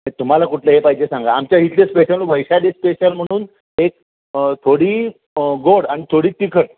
ते तुम्हाला कुठलं हे पाहिजे सांगा आमच्या इथले स्पेशल वैशाली स्पेशल म्हणून एक थोडी गोड आणि थोडी तिखट